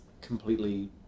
completely